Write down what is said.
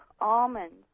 almonds